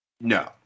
No